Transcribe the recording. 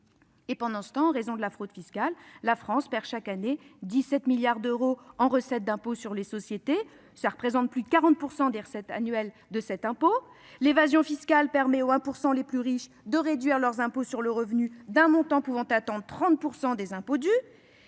Pendant ce temps, en raison de la fraude fiscale, la France perd chaque année 17 milliards d'euros de recettes d'impôt sur les sociétés, soit 40 % des recettes de cet impôt. L'évasion fiscale permet aux 1 % les plus riches de réduire leurs impôts sur le revenu d'un montant pouvant atteindre 30 % des impôts dus.